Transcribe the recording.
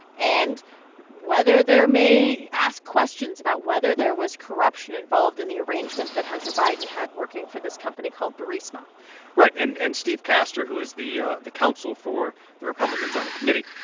and whether there may ask questions about whether there was corruption involved in the arrangement that hunter biden had working for this company called burisma right. and and steve castor, who is the ah the counsel for the republicans on the committee,